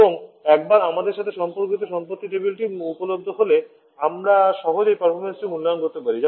এবং একবার আমাদের সাথে সম্পর্কিত সম্পত্তি টেবিলটি উপলব্ধ হলে আমরা সহজেই পারফরম্যান্সটির মূল্যায়ন করতে পারি